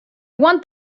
want